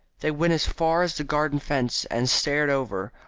they went as far as the garden fence and stared over,